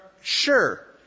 Sure